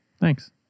Thanks